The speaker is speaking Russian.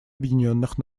объединенных